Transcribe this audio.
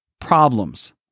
problems